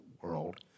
world